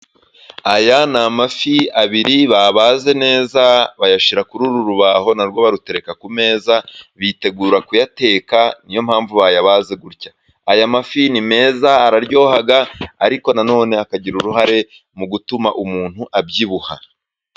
Aya ni amafi abiri babaze neza, bayashyira kuri uru rubaho narwo barutereka ku meza, bitegura kuyateka, niyo mpamvu bayabaze gutya, aya mafi ni meza araryoha, ariko nanone akagira uruhare mu gutuma umuntu abyibuha.